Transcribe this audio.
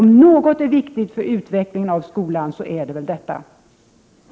Om något är viktigt för utvecklingen av skolan så är det väl dessa saker.